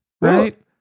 Right